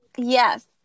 Yes